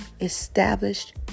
established